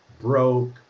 broke